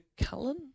Cullen